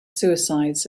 suicides